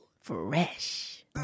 Fresh